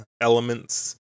elements